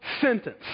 sentence